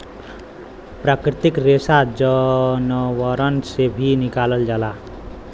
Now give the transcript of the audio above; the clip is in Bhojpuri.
प्राकृतिक रेसा जानवरन से भी निकालल जाला